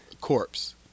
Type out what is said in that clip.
corpse